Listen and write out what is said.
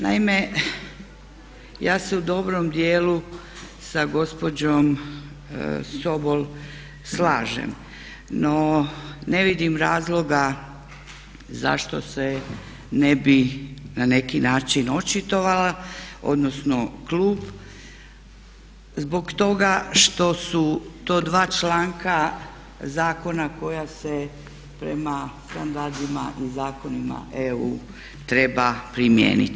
Naime, ja se u dobrom dijelu sa gospođom Sobol slažem, no ne vidim razloga zašto se ne bi na neki način očitovala odnosno klub zbog toga što su to dva članka zakona koja se prema standardima i zakonima EU treba primijeniti.